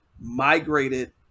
migrated